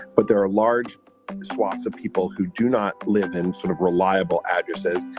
but there are large swaths of people who do not live in sort of reliable addresses.